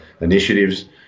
initiatives